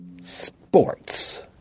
Sports